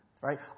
Right